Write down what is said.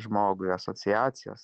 žmogui asociacijas